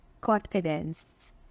confidence